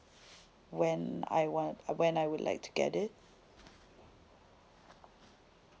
when I want when I would like to get it